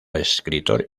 escritor